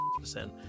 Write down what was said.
percent